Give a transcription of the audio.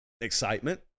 excitement